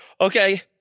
Okay